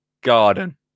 garden